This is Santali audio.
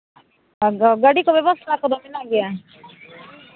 ᱟᱫᱚ ᱜᱟᱹᱰᱤ ᱠᱚ ᱵᱮᱵᱚᱥᱛᱷᱟ ᱠᱚᱫᱚ ᱢᱮᱱᱟᱜ ᱜᱮᱭᱟ